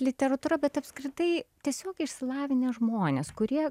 literatūra bet apskritai tiesiog išsilavinę žmonės kurie